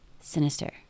Sinister